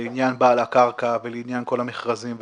לעניין בעל קרקע, ולעניין כל המכרזים וכו',